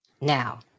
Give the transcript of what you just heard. Now